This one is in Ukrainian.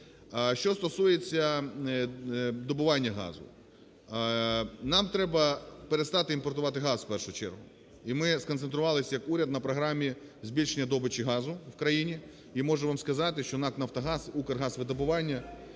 Що стосується добування газу. Нам треба перестати імпортувати газ в першу чергу. І ми сконцентрувались як уряд на програмі збільшення добичі газу в країні. І можу вам сказати, що НАК "Нафтогаз", "Укргазвидобування"